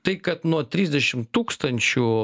tai kad nuo trisdešimt tūkstančių